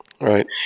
Right